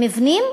מבנים